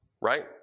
right